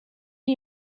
iri